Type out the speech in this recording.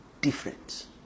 difference